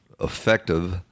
effective